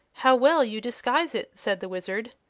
how well you disguise it, said the wizard.